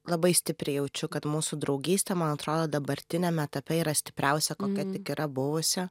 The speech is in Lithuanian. labai stipriai jaučiu kad mūsų draugystė man atrodo dabartiniam etape yra stipriausia kokia gera buvusio